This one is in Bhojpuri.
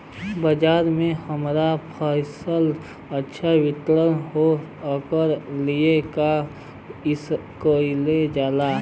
बाजार में हमार फसल अच्छा वितरण हो ओकर लिए का कइलजाला?